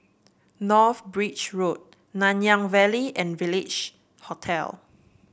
North Bridge Road Nanyang Valley and Village Hotel